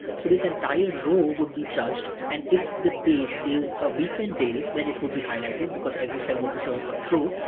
so this entire row would be judged, and if the date is a weekend day, then it would be highlighted because every cell would return a true,